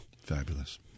Fabulous